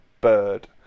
Bird